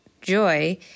joy